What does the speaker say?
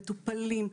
מטופלים,